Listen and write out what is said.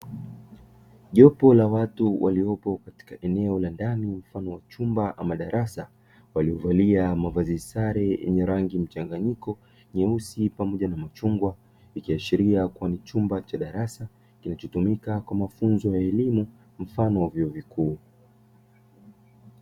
Jopo la watu waliopo katika eneo la ndani mfano wa chumba ama darasa; waliovalia mavazi sale yenye rangi mchanganyiko nyeusi pamoja na machungwa, ikiashiria kuwa ni chumba cha darasa kinachotumika kwa mafunzo ya elimu mfano wa ya vyuo vikuu.